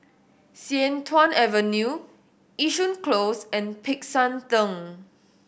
Sian Tuan Avenue Yishun Close and Peck San Theng